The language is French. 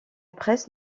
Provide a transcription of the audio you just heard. presse